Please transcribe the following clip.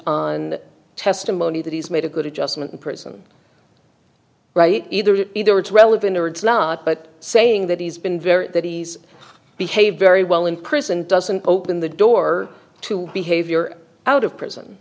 on testimony that he's made a good adjustment in prison right either either it's relevant or it's not but saying that he's been very that he's behaved very well in prison doesn't open the door to behavior out of prison